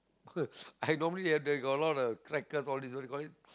I normally they got a lot of crackers all this what do you call it